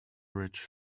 rich